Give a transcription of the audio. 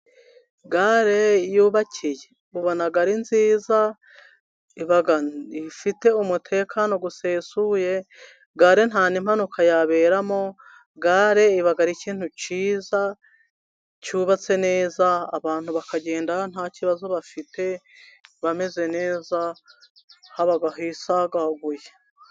Gare yubakiye, ubona ari nziza iba ifite umutekano usesuye, gare nta nimpanuka yaberamo, gare iba ari ibintu byiza cyubatse neza abantu bakagenda nta kibazo bafite bameze neza haba hisagaguye.